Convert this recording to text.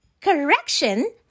Correction